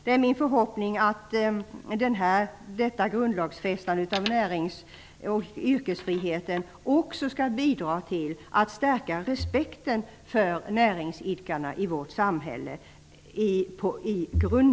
Det är min förhoppning att detta grundlagsfästande av närings och yrkesfriheten också skall bidra till att i grunden stärka respekten för näringsidkarna i vårt samhälle.